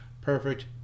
perfect